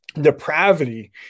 depravity